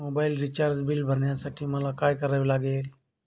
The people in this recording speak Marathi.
मोबाईल रिचार्ज बिल भरण्यासाठी मला काय करावे लागेल?